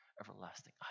everlasting